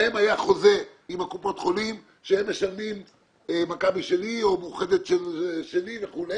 להם היה חוזה עם קופות החולים שהם משלמים מכבי שלי או מאוחדת שלי וכו',